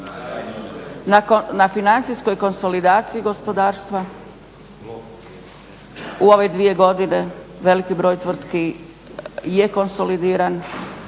na financijskoj konsolidaciji gospodarstva u ove dvije godine veliki broj tvrtki je konsolidiran